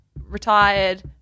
retired